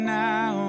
now